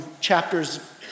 chapters